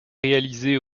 réalisés